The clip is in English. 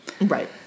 Right